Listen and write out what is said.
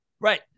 Right